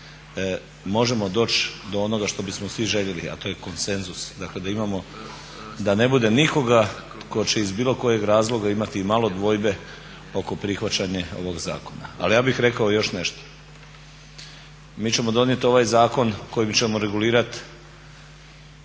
možemo doći do onoga što bismo svi željeli, a to je konsenzus. Dakle, da ne bude nikoga tko će iz bilo kojeg razloga imati imalo dvojbe oko prihvaćanja ovog zakona. Ali ja bih rekao još nešto, mi ćemo donijeti ovaj zakon kojim ćemo regulirati